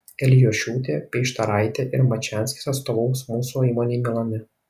elijošiūtė peištaraitė ir mačianskis atstovaus mūsų įmonei milane